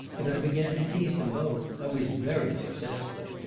and i began to tease them both. i was very successful.